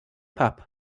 pub